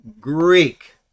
Greek